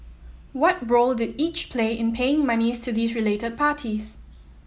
what role did each play in paying monies to these related parties